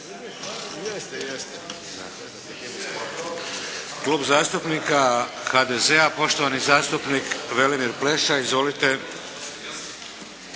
Klub zastupnika HDZ-a, poštovani zastupnik Velimir Pleša. Izvolite.